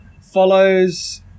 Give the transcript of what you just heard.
follows